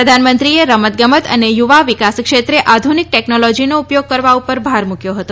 પ્રધાનમંત્રીએ રમત ગમત અને યુવા વિકાસ ક્ષેત્રે આધુનિક ટેકનોલોજીનો ઉપયોગ કરવા ઉપર ભાર મૂક્યો હતો